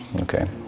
Okay